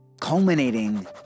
culminating